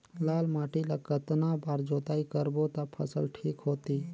लाल माटी ला कतना बार जुताई करबो ता फसल ठीक होती?